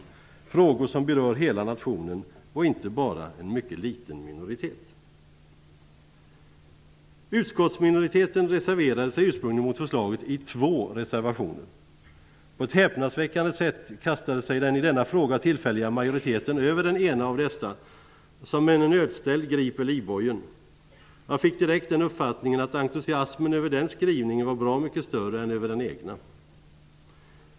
De är frågor som berör hela nationen och inte bara en mycket liten minoritet. Utskottsminoriteten reserverade sig ursprungligen mot förslaget i två reservationer. På ett häpnadsväckande sätt kastade sig den i denna fråga tillfälliga majoriteten över den ena av dessa på samma vis som en nödställd griper livbojen. Jag fick direkt den uppfattningen att entusiasmen över den skrivningen var bra mycket större än över den egna.